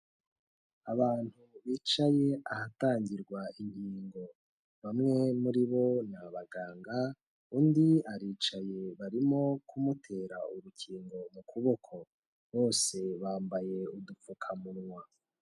Abantu bicaye ahatangirwa ingingo, bamwe muri bo, ni abaganga, undi aricaye barimo kumutera urukingo ku kuboko, bose bambaye udupfukamunwa.